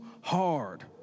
hard